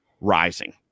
rising